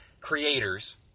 creators